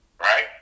Right